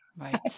Right